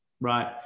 Right